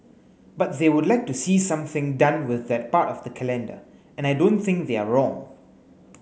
but they would like to see something done with that part of the calendar and I don't think they're wrong